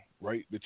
Right